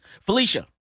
Felicia